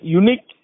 unique